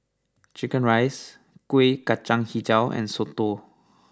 Chicken Rice Kueh Kacang HiJau and Soto